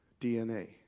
DNA